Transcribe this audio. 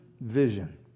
vision